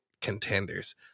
contenders